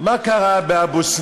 מה קרה באבו-סנאן?